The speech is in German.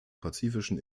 pazifischen